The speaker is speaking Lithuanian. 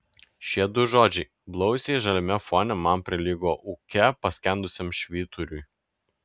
šie du žodžiai blausiai žaliame fone man prilygo ūke paskendusiam švyturiui